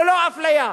ללא אפליה.